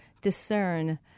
discern